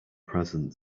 present